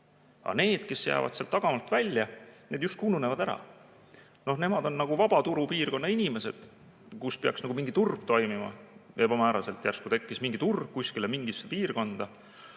Aga need, kes jäävad sealt tagant välja, justkui ununevad ära. Nemad on nagu vabaturupiirkonna inimesed, kus peaks nagu mingi turg toimima. Ebamääraselt järsku tekkis mingi turg kuskile mingisse piirkonda!